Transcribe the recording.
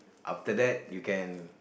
after that you can